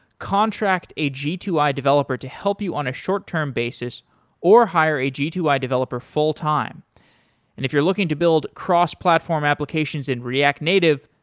contract a g two i developer to help you on a short-term basis or hire a g two i developer full-time and if you're looking to build cross-platform applications in react native,